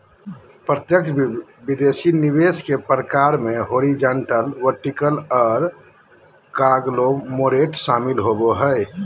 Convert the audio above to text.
प्रत्यक्ष विदेशी निवेश के प्रकार मे हॉरिजॉन्टल, वर्टिकल आर कांगलोमोरेट शामिल होबो हय